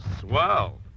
swell